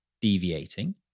deviating